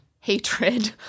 hatred